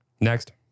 Next